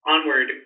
Onward